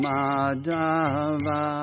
Madhava